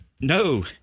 No